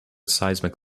seismic